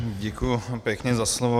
Děkuji pěkně za slovo.